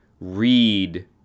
read